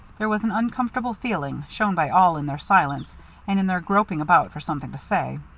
there was an uncomfortable feeling, shown by all in their silence and in their groping about for something to say.